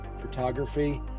photography